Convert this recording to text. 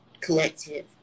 collective